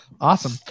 Awesome